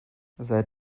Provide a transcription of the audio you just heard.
seit